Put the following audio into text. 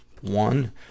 One